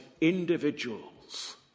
individuals